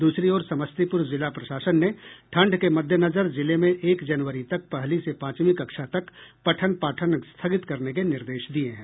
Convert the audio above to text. दूसरी ओर समस्तीपुर जिला प्रशासन ने ठंड के मद्देनजर जिले में एक जनवरी तक पहली से पांचवीं कक्षा तक पठन पाठन स्थगित करने के निर्देश दिये हैं